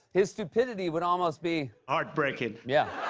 his stupidity would almost be. heartbreaking. yeah.